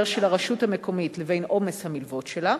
של הרשות המקומית לבין עומס המלוות שלה,